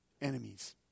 enemies